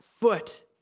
foot